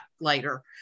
later